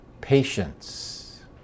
patience